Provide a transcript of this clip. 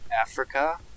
Africa